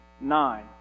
nine